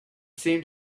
seemed